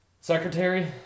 Secretary